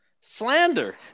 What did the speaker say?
Slander